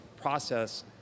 process